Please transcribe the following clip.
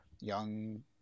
young